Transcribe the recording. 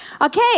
Okay